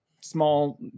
small